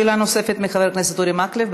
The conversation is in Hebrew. שאלה נוספת, לחבר הכנסת אורי מקלב.